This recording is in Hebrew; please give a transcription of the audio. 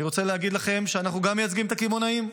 אני רוצה להגיד לכם שאנחנו גם מייצגים את הקמעונאים.